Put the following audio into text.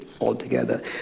altogether